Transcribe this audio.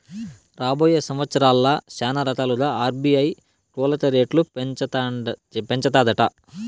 రాబోయే సంవత్సరాల్ల శానారకాలుగా ఆర్బీఐ కోలక రేట్లు పెంచతాదట